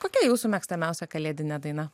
kokia jūsų mėgstamiausia kalėdinė daina